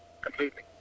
completely